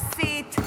תפסיקו להסית,